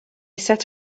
set